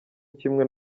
kimwe